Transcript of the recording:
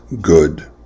good